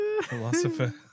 Philosopher